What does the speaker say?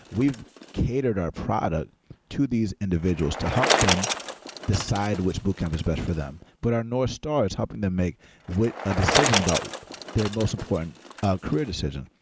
we've catered our product to these individuals to help them decide which boot camp is best for them. but our north helping them make with a decision about their most important career decision.